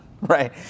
right